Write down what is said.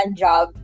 job